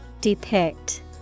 Depict